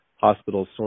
hospitals